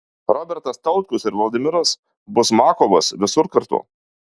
robertas tautkus ir vladimiras buzmakovas visur kartu